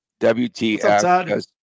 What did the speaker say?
WTF